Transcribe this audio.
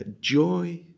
joy